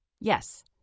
Yes